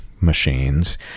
machines